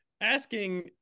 asking